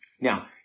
Now